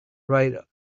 right